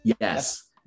yes